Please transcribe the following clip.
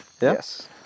yes